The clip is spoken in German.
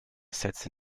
sätze